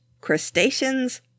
crustaceans